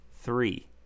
three